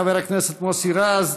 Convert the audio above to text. חבר הכנסת מוסי רז,